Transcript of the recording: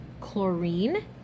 chlorine